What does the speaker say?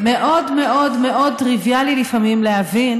מאוד מאוד מאוד טריוויאלי לפעמים להבין